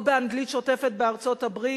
או באנגלית שוטפת בארצות-הברית.